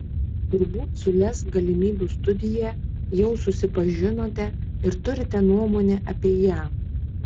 turbūt su lez galimybių studija jau susipažinote ir turite nuomonę apie ją